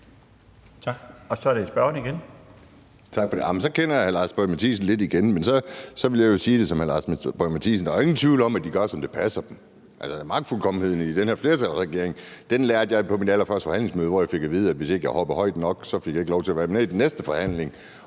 så er det spørgeren igen.